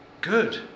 good